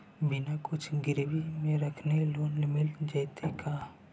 बिना कुछ गिरवी मे रखले लोन मिल जैतै का?